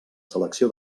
selecció